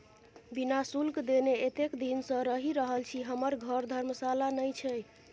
बिना शुल्क देने एतेक दिन सँ रहि रहल छी हमर घर धर्मशाला नहि छै